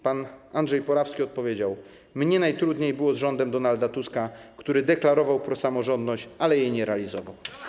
Pan Andrzej Porawski odpowiedział: Mnie najtrudniej było z rządem Donalda Tuska, który deklarował prosamorządowość, ale jej nie realizował.